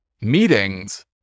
meetings